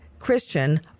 Christian